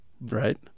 Right